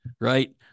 right